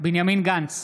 בנימין גנץ,